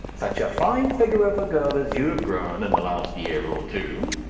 such a fine figure of a girl as you've grown in the last year or two